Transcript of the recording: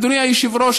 אדוני היושב-ראש,